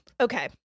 Okay